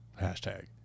Hashtag